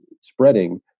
spreading